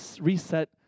reset